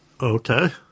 Okay